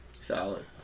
Solid